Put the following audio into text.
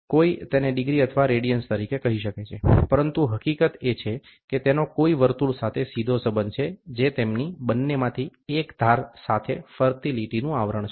કોઈ તેને ડિગ્રી અથવા રેડીઅન્સ તરીકે કહી શકે છે પરંતુ હકીકત એ છે કે તેનો કોઈ વર્તુળ સાથે સીધો સંબંધ છે જે તેમની બંન્નેમાંથી એક ધાર સાથે ફરતી લીટીનું આવરણ છે